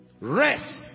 Rest